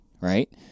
right